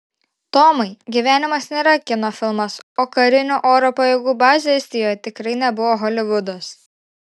tomai gyvenimas nėra kino filmas o karinių oro pajėgų bazė estijoje tikrai nebuvo holivudas